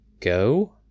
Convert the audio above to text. go